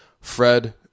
Fred